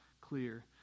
clear